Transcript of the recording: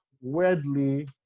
weirdly